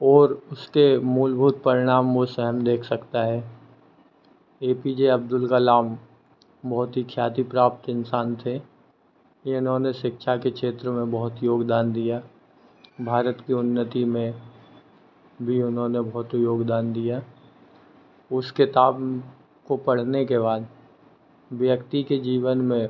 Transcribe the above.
और उसके मूलभूत परिणाम वह स्वयं देख सकता है A P J Abdul Kalam बहुत ही ख्याति प्राप्त इंसान थे इन्होंने शिक्षा के क्षेत्र में बहुत योगदान दिया भारत के उन्नति में भी उन्होंने बहुत योगदान दिया उस किताब को पढ़ने के बाद व्यक्ति के जीवन में